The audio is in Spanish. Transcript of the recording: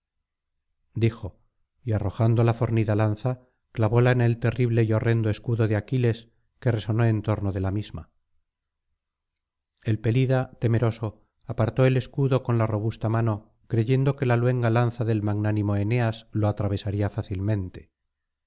dijo y arrojando la fornida lanza clavóla en el terrible y horrendo escudo de aquiles que resonó en torno de la misma el pelida temeroso apartó el escudo con la robusta mano creyendo que la luenga lanza del magnánimo eneas lo atravesaría fácilmente